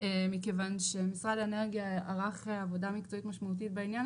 מכיוון שמשרד האנרגיה ערך עבודה מקצועית משמעותית בעניין